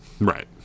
Right